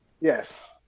Yes